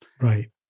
Right